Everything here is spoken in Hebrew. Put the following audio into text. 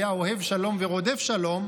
שהיה אוהב שלום ורודף שלום,